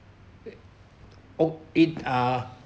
it oh it uh